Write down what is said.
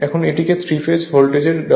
এটিকে 3 phase voltage দেওয়া হয়